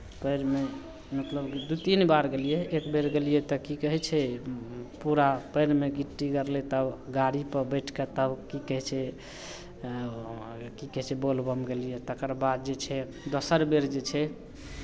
पएरमे मतलब दू तीन बार गेलियै एक बेर गेलियै तऽ की कहै छै पूरा पएरमे गिट्टी गड़लै तब गाड़ीपर बैठि कऽ तब ओ की कहै छै की कहै छै बोलबम गेलियै तकरबाद जे छै दोसर बेर जे छै